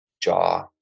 jaw